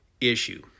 issue